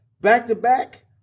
back-to-back